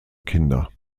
kinder